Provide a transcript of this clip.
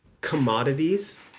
commodities